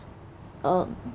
um